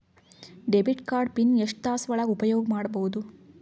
Debit card pin ಎಷ್ಟ ತಾಸ ಒಳಗ ಉಪಯೋಗ ಮಾಡ್ಬಹುದು?